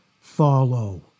follow